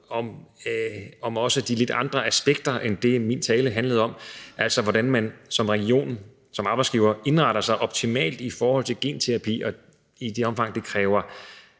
om også de lidt andre aspekter end det, min tale handlede om, altså hvordan man som region, som arbejdsgiver indretter sig optimalt i forhold til genterapi i det omfang, at det kræver